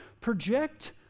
Project